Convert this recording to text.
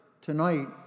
tonight